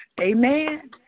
Amen